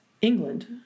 England